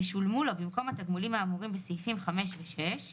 ישולמו לו, במקום התגמולים האמורים בסעיפים 5 ו־6,